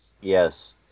Yes